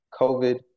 COVID